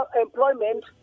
employment